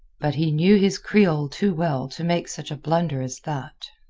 but he knew his creole too well to make such a blunder as that.